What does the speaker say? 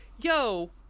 yo